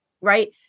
right